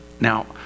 Now